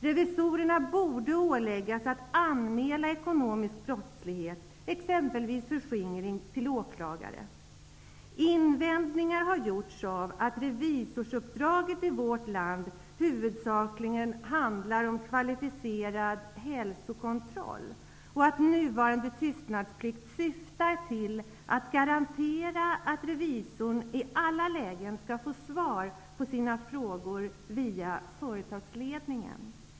Revisorerna borde åläggas att anmäla ekonomisk brottslighet, exempelvis förskingring, till åklagare. Invändningar har gjorts mot att revisorsuppdraget i vårt land huvudsakligen handlar om kvalificerad hälsokontroll och mot att nuvarande tystnadsplikt syftar till att garantera att revisorn i alla lägen får svar på sina frågor via företagsledningen.